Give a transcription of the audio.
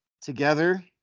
together